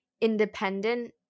independent